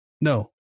No